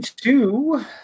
two